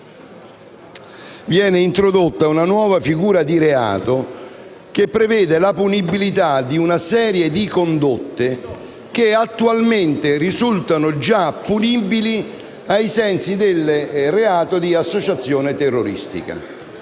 viene introdotta una nuova figura di reato che prevede la punibilità di una serie di condotte che attualmente risultano già punibili ai sensi della norma relativa al reato di associazione terroristica.